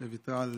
שוויתרה,